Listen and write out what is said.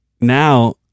now